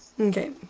Okay